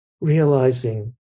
realizing